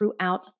throughout